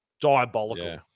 Diabolical